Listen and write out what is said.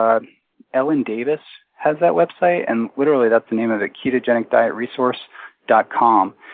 ah ellen davis has that website, and literally that's the name of it, ketogenicdietresource dot com.